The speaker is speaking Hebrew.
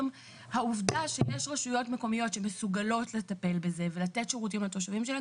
העובדה שיש רשויות מקומיות שמסוגלות לטפל בזה ולתת שירותים לתושבים שלה,